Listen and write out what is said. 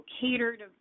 catered